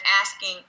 asking